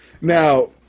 now